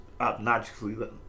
obnoxiously